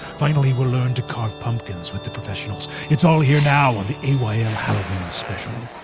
finally we'll learn to carve pumpkins with the professionals. it's all here now on the ayl ayl halloween special.